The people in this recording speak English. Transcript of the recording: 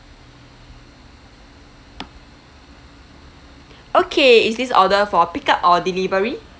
okay is this order for pickup or delivery